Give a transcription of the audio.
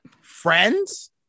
Friends